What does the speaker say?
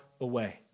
away